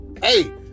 Hey